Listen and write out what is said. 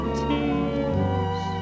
tears